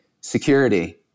security